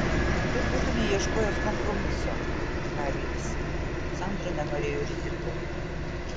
tu būtumei ieškojęs kompromiso tarė jis sandra nenorėjo rizikuoti